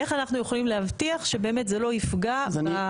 שבאמת זה לא יפגע?